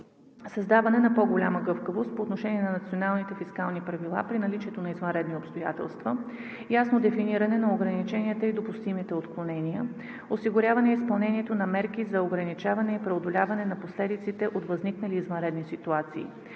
създаване на по-голяма гъвкавост по отношение на националните фискални правила при наличието на извънредни обстоятелства; - ясно дефиниране на ограниченията и допустимите отклонения; - осигуряване изпълнението на мерки за ограничаване и преодоляване на последиците от възникнали извънредни ситуации.